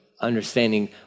understanding